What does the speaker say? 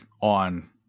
on